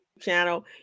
channel